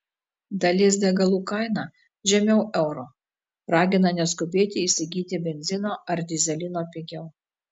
dalies degalų kaina žemiau euro ragina neskubėti įsigyti benzino ar dyzelino pigiau